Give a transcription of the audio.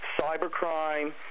cybercrime